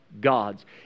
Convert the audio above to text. God's